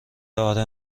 اره